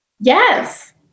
Yes